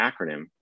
acronym